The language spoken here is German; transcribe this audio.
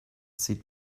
sieht